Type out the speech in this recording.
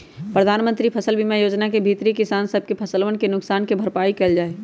प्रधानमंत्री फसल बीमा योजना के भीतरी किसान सब के फसलवन के नुकसान के भरपाई कइल जाहई